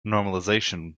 normalization